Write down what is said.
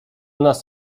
nas